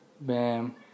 Bam